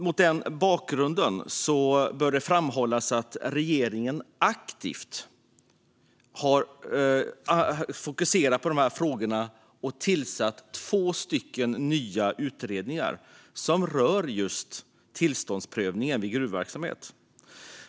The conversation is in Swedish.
Mot den bakgrunden bör det framhållas att regeringen aktivt har fokuserat på dessa frågor och tillsatt två nya utredningar som rör just tillståndsprövningen vid gruvverksamhet.